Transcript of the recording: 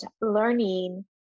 learning